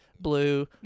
blue